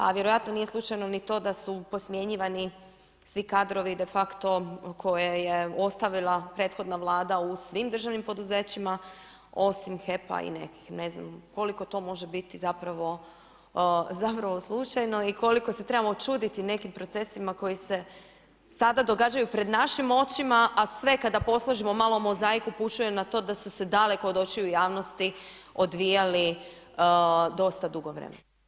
A vjerojatno nije slučajno ni to da su posmjenjivani svi kadrovi defacto koje je ostavila prethodna vlada u svim državnim poduzećima osim HEP-a i nekih, ne znam koliko to može biti zapravo, zapravo slučajno i koliko se trebamo čuditi nekim procesima koji se sada događaju pred našim očima a sve kada posložimo malo mozaik upućuje u to da su se daleko od očiju javnosti odvijali dosta dugo vremena.